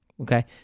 Okay